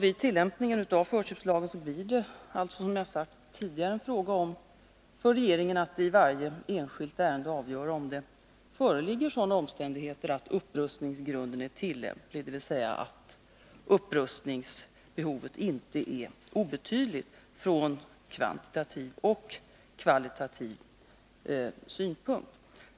Vid tillämpningen av förköpslagen får regeringen alltså, som jag har sagt tidigare, i varje enskilt ärende avgöra om det föreligger sådana omständigheter att upprustningsgrunden är tillämplig, dvs. om upprustningsbehovet inte är obetydligt ur kvantitativa och kvalitativa synvinklar.